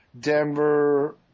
Denver